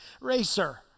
racer